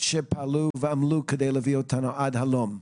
שפעלו ועמלו כדי להביא אותנו עד הלום.